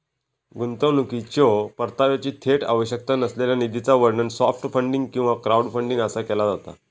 गुंतवणुकीच्यो परताव्याची थेट आवश्यकता नसलेल्या निधीचा वर्णन सॉफ्ट फंडिंग किंवा क्राऊडफंडिंग असा केला जाता